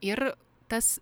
ir tas